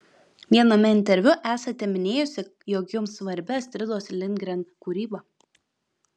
viename interviu esate minėjusi jog jums svarbi astridos lindgren kūryba